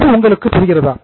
இது உங்களுக்கு புரிகிறதா